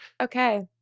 Okay